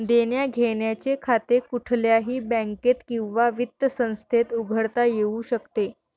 देण्याघेण्याचे खाते कुठल्याही बँकेत किंवा वित्त संस्थेत उघडता येऊ शकते